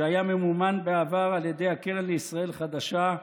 שהיה ממומן בעבר על ידי הקרן לישראל חדשה,